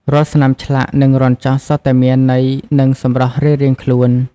រាល់ស្នាមឆ្លាក់ និងរន្ធចោះសុទ្ធតែមានន័យនិងសម្រស់រៀងៗខ្លួន។